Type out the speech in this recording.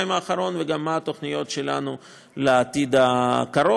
האחרון וגם על התוכניות שלנו לעתיד הקרוב.